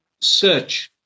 search